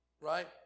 Right